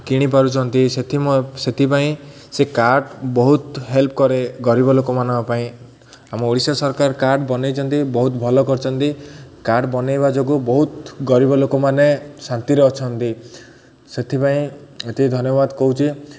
କିଣି ପାରୁଛନ୍ତି ସେଥି ସେଥିପାଇଁ ସେ କାର୍ଡ଼ ବହୁତ ହେଲ୍ପ କରେ ଗରିବ ଲୋକମାନଙ୍କ ପାଇଁ ଆମ ଓଡ଼ିଶା ସରକାର କାର୍ଡ଼ ବନାଇଛନ୍ତି ବହୁତ ଭଲ କରିଛନ୍ତି କାର୍ଡ଼ ବନାଇବା ଯୋଗୁଁ ବହୁତ ଗରିବ ଲୋକମାନେ ଶାନ୍ତିରେ ଅଛନ୍ତି ସେଥିପାଇଁ ଏତିକି ଧନ୍ୟବାଦ କହୁଛି